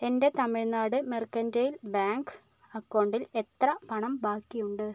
എൻ്റെ Tamil Nadu mercantile bank അക്കൗണ്ടിൽ എത്ര പണം ബാക്കിയുണ്ട്